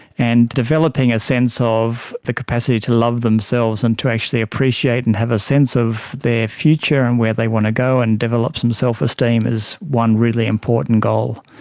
and developing a sense of the capacity to love themselves and to actually appreciate and have a sense of their future and where they want to go and develop some self-esteem is one really important goal.